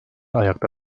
ayakta